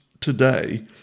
today